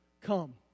come